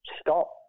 Stop